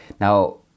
Now